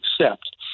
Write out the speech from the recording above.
accept